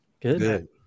Good